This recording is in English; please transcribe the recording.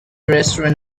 restaurant